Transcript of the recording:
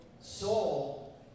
soul